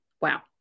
Wow